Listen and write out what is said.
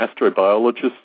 astrobiologists